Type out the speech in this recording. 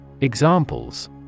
Examples